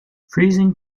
freezing